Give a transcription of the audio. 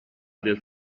del